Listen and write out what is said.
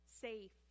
safe